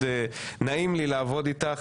מאוד נעים לי לעבוד איתך,